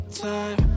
time